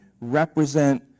represent